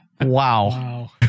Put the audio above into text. Wow